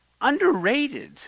underrated